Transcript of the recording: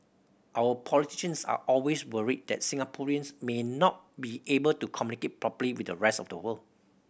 our politicians are always worried that Singaporeans may not be able to communicate properly with the rest of the world